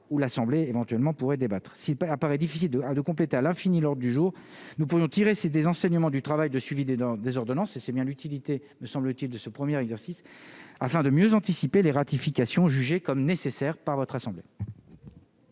où l'Assemblée éventuellement pourrait débattre ici pas apparaît difficile à de compléter à l'infini lors du jour, nous pourrions tirer ces enseignements du travail de suivi des dans des ordonnances et c'est bien l'utilité, me semble-t-il de ce 1er exercice afin de mieux anticiper les ratifications jugées comme nécessaire par votre assemblée.